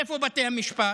איפה בתי המשפט?